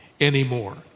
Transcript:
anymore